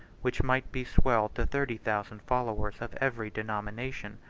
which might be swelled to thirty thousand followers of every denomination.